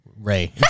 Ray